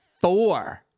Four